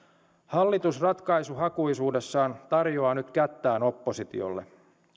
hallitus ratkaisuhakuisuudessaan tarjoaa nyt kättään oppositiolle